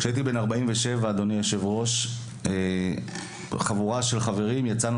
כשהייתי בן 47 אדוני היושב ראש חבורה של חברים יצאנו